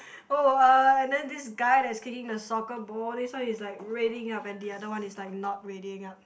oh uh and then this guy that's kicking the soccer ball this one is like readying up and the other one is not readying up